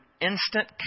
instant